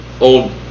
old